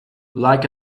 like